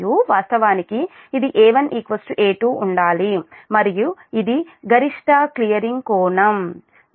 వాస్తవానికి ఇది A1 A2 ఉండాలి మరియు ఇది గరిష్ట క్లియరింగ్ కోణం